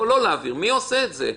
מי עושה את זה?